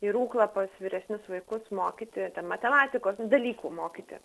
į rūklą pas vyresnius vaikus mokyti ten matematikos dalykų mokyti